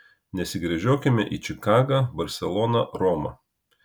nesigręžiokime į čikagą barseloną romą